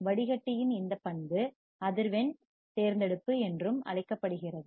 வடிகட்டியின் இந்த பண்பு அதிர்வெண் ஃபிரீயூன்சி தேர்ந்தெடுப்பு என்றும் அழைக்கப்படுகிறது